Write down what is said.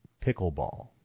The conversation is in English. pickleball